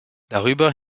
darüber